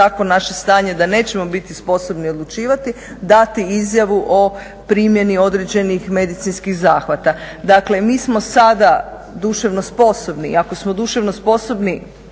takvo naše stanje da nećemo biti sposobni odlučivati, dati izjavu o primjeni određenih medicinskih zahvata. Dakle mi smo sada duševno sposobni i ako smo duševno sposobni